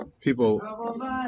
people